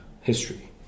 history